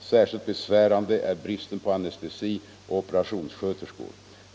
Särskilt besvärande är bristen på anestesioch operationssköterskor.